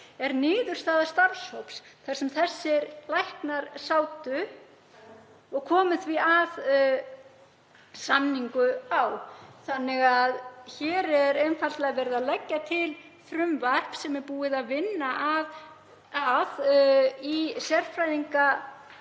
er niðurstaða starfshóps þar sem þessir læknar sátu og komu því að samningu þess. Hér er einfaldlega verið að leggja til frumvarp sem er búið að vinna að í sérfræðingahópi